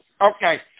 Okay